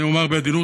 אני אומָר בעדינות,